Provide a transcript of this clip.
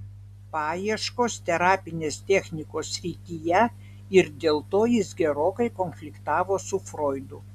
paieškos terapinės technikos srityje ir dėl to jis gerokai konfliktavo su froidu